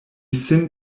sin